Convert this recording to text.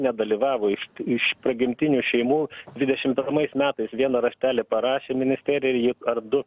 nedalyvavo iš iš prigimtinių šeimų dvidešim pirmais metais vieną raštelį parašė ministerija ir ji ar du